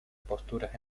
posturas